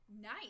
nice